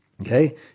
okay